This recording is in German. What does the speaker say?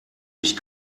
mich